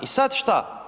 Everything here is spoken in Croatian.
I sad šta?